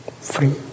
free